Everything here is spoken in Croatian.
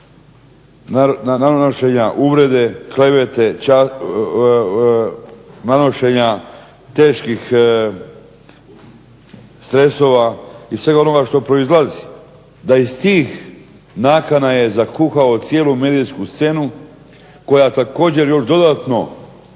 nanošenja uvrede, klevete, nanošenja teških stresova i svega onoga što proizlazi, da iz tih nakana je zakuhao cijelu medijsku scenu, koja također još dodatno